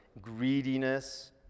greediness